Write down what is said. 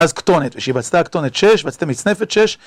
אז כתונת, ושיבצת הכתונת שש ועשית המצנפת שש